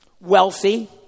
Wealthy